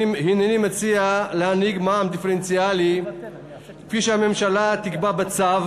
הנני מציע להנהיג מע"מ דיפרנציאלי כפי שהממשלה תקבע בצו